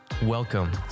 Welcome